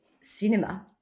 cinema